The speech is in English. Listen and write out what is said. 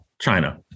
China